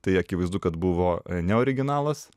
tai akivaizdu kad buvo neoriginalas